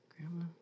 Grandma